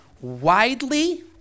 widely